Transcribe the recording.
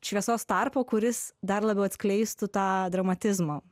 šviesos tarpo kuris dar labiau atskleistų tą dramatizmą